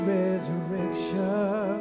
resurrection